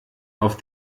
auf